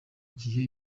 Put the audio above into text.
gihe